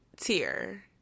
tier